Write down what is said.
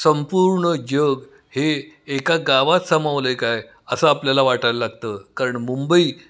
संपूर्ण जग हे एका गावात सामावले आहे काय असं आपल्याला वाटायला लागतं कारण मुंबई